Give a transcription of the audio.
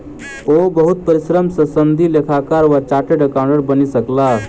ओ बहुत परिश्रम सॅ सनदी लेखाकार वा चार्टर्ड अकाउंटेंट बनि सकला